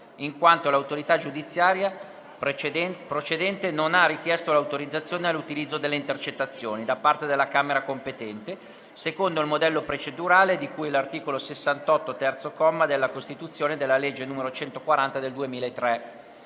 in quanto l'autorità giudiziaria non ha richiesto l'autorizzazione all'utilizzo delle intercettazioni da parte della Camera competente, secondo il modulo procedurale di cui all'articolo 68, terzo comma, della Costituzione e della legge n. 140 del 2003.